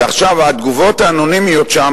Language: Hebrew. ועכשיו התגובות האנונימיות שם,